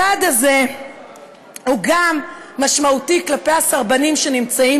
הצעד הזה הוא גם משמעותי כלפי הסרבנים שנמצאים